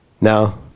Now